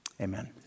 amen